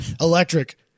electric